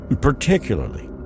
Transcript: Particularly